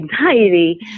anxiety